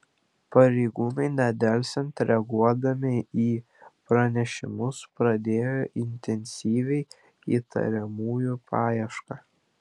pareigūnai nedelsiant reaguodami į pranešimus pradėjo intensyvią įtariamųjų paiešką